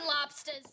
Lobsters